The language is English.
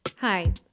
Hi